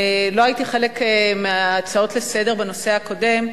לא הייתי חלק מההצעות לסדר-היום בנושא הקודם,